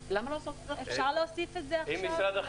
אפשר להוסיף את זה עכשיו?